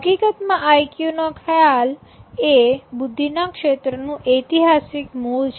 હકીકતમાં આઇકયુ નો ખ્યાલ એ બુદ્ધિના ક્ષેત્રનું ઐતિહાસિક મૂળ છે